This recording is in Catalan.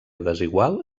desigual